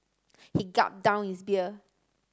he gulped down his beer